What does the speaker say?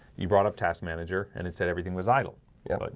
you brought up task manager, and it said everything was idle yeah, but you